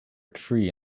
tree